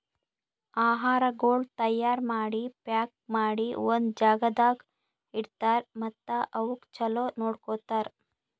ಆಹಾರಗೊಳ್ ತೈಯಾರ್ ಮಾಡಿ, ಪ್ಯಾಕ್ ಮಾಡಿ ಒಂದ್ ಜಾಗದಾಗ್ ಇಡ್ತಾರ್ ಮತ್ತ ಅವುಕ್ ಚಲೋ ನೋಡ್ಕೋತಾರ್